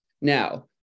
Now